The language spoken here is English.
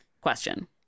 question